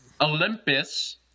Olympus